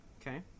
Okay